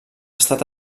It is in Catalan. estat